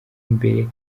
imbere